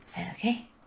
Okay